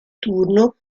turno